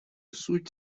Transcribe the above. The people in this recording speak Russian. суть